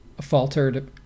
faltered